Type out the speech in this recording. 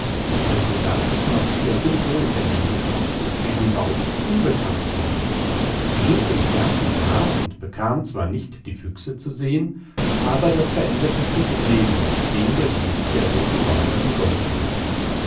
also gab es noch irgendwo in der nähe füchse deren bau ihm unbekannt war er ging den fährten nach und bekam zwar nicht die füchse zu sehen aber das verendete stück rehwild dem der besuch der roten räuber gegolten hatte